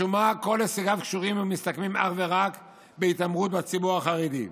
משום מה כל הישגיו קשורים ומסתכמים אך ורק בהתעמרות בציבור החרדי,